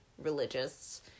religious